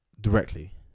directly